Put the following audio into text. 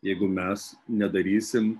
jeigu mes nedarysim